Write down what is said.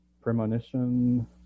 Premonition